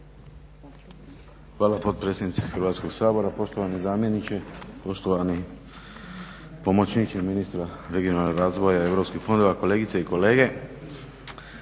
Hvala potpredsjednice Hrvatskog sabora. Poštovani zamjeniče, poštovani pomoćniče ministra Regionalnog razvoja i europskih fondova, kolegice i kolege.